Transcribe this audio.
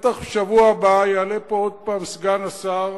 בטח בשבוע הבא יעלה פה עוד פעם סגן השר